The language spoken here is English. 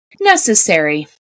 necessary